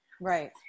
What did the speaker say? right